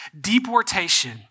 deportation